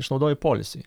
išnaudoji poilsiui